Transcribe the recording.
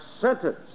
sentence